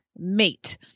Mate